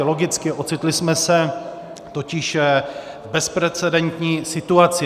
Logicky, ocitli jsme se totiž v bezprecedentní situaci.